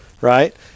right